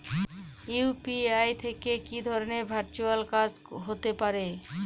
UPI থেকে কি ধরণের ভার্চুয়াল কাজ হতে পারে?